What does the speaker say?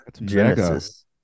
genesis